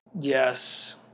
Yes